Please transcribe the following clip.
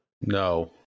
No